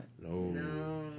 No